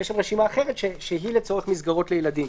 יש רשימה אחרת שהיא לצורך מסגרות לילדים.